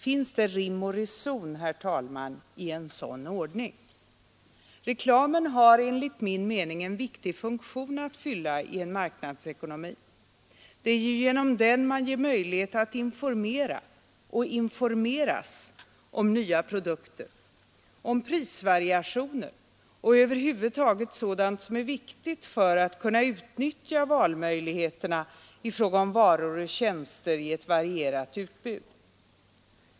Finns det, herr talman, rim och reson i en sådan ordning? Reklamen har enligt min mening en viktig funktion att fylla i en marknadsekonomi. Det är genom den man ger möjlighet att informera om nya produkter, om prisvariationer och över huvud taget om sådant som är viktigt för att man skall kunna utnyttja valmöjligheterna i fråga om varor och tjänster i ett varierat utbud.